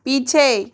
पीछे